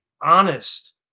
honest